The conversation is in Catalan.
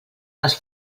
les